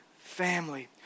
family